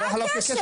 מה הקשר?